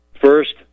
first